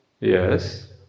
Yes